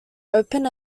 open